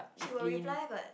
she will reply but